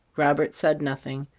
robert said nothing.